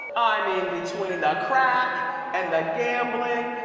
i mean between the crack and the gambling.